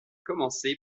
commencé